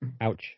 Ouch